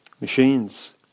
machines